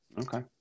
Okay